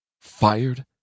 Fired